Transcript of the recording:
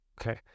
Okay